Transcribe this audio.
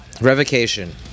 Revocation